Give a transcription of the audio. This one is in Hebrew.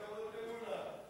כל הכבוד למולה, גבר.